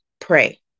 pray